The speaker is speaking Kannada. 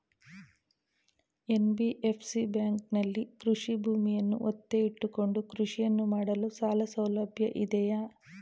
ಎನ್.ಬಿ.ಎಫ್.ಸಿ ಬ್ಯಾಂಕಿನಲ್ಲಿ ಕೃಷಿ ಭೂಮಿಯನ್ನು ಒತ್ತೆ ಇಟ್ಟುಕೊಂಡು ಕೃಷಿಯನ್ನು ಮಾಡಲು ಸಾಲಸೌಲಭ್ಯ ಇದೆಯಾ?